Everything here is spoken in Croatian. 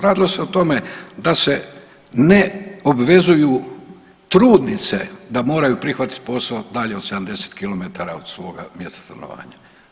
Radilo se o tome da se ne obvezuju trudnice da moraju prihvatiti posao dalje od 70 kilometara od svoga mjesta stanovanja.